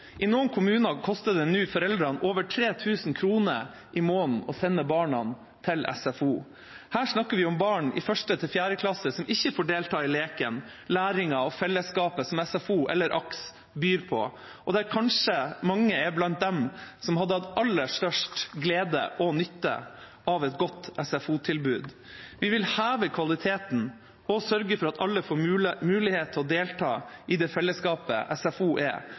I noen kommuner koster det nå foreldrene over 3 000 kr i måneden å sende barna til SFO. Her snakker vi om barn i 1. til 4. klasse som ikke får delta i leken, læringen og fellesskapet som SFO eller AKS byr på, og der kanskje mange er blant dem som hadde hatt aller størst glede og nytte av et godt SFO-tilbud. Vi vil heve kvaliteten og sørge for at alle får mulighet til å delta i det fellesskapet SFO er.